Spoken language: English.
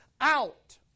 out